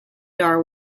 dar